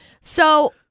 So-